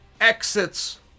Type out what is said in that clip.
exits